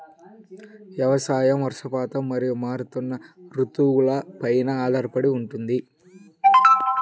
వ్యవసాయం వర్షపాతం మరియు మారుతున్న రుతువులపై ఆధారపడి ఉంటుంది